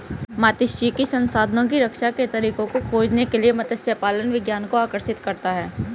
मात्स्यिकी संसाधनों की रक्षा के तरीकों को खोजने के लिए मत्स्य पालन विज्ञान को आकर्षित करता है